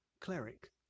cleric